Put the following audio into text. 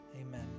amen